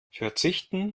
verzichten